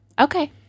Okay